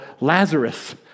Lazarus